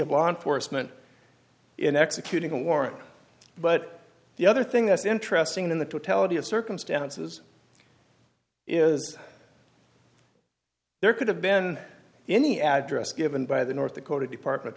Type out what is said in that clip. of law enforcement in executing a warrant but the other thing that's interesting in the totality of circumstances is there could have been any address given by the north dakota department